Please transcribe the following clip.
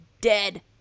dead